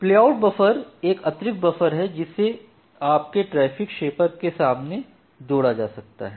play out buffer एक अतिरिक्त buffer है जिसे आपके ट्रैफ़िक शैपर के सामने जोड़ा जा सकता है